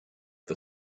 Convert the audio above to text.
the